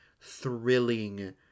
thrilling